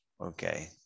okay